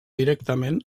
directament